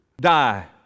die